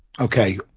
Okay